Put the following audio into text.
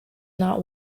not